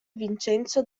vincenzo